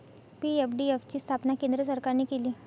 PFDF ची स्थापना केंद्र सरकारने केली